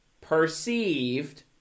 perceived